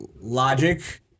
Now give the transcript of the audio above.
logic